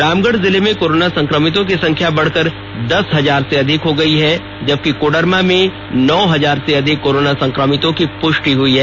रामगढ़ जिले में कोरोना संक्रमितों की संख्या बढ़कर दस हजार से अधिक हो गयी है जबकि कोडरमा में नौ हजार से अधिक कोरोना संक्रमितों की पुष्टि हुई है